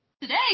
Today